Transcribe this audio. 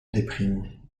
déprime